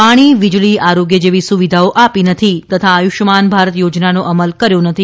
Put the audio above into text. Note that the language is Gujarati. પાણી વીજળી આરોગ્ય જેવી સુવિધાઓ આપી નથી તથા આયુષ્માન ભારત યોજનાનો અમલ કર્યો નથી